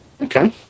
Okay